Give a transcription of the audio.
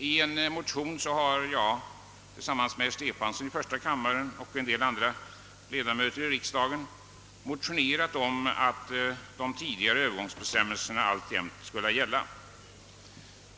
I en motion har jag tillsammans med herr Stefanson i första kammaren och en del andra ledamöter av riksdagen föreslagit att de tidigare övergångsbestämmelserna = alltjämt skulle gälla.